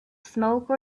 smoke